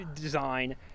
design